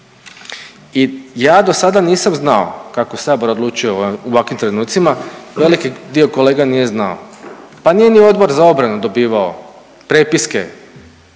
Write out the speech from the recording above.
i ja do sada nisam znao kako Sabor odlučuje u ovakvim trenucima, veliki dio kolega nije ni znao, pa nije ni Odbor za obranu dobivao prepiske